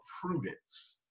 prudence